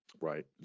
Right